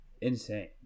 insane